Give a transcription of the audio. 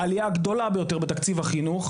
העלייה הגדולה ביותר בתקציב החינוך,